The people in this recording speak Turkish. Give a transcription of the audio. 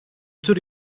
tür